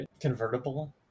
convertible